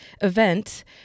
event